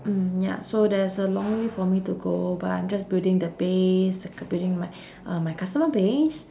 mm ya so there's a long way for me to go but I'm just building the base c~ building my uh my customer base